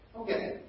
Okay